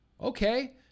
Okay